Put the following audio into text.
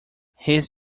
his